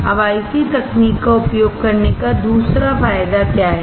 अब आईसी तकनीक का उपयोग करने का दूसरा फायदा क्या है